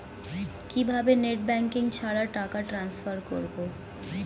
কিভাবে net banking ছাড়া টাকা ট্রান্সফার করবো?